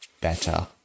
better